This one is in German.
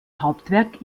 hauptwerk